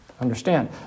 understand